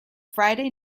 friday